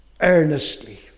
earnestly